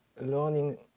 learning